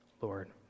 Lord